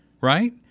right